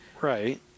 Right